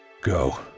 Go